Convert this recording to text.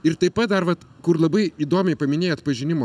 ir taip pat dar vat kur labai įdomiai paminėjot pažinimo